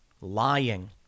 lying